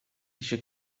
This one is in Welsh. eisiau